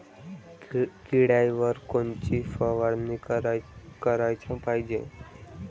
किड्याइवर कोनची फवारनी कराच पायजे?